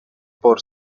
por